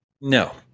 No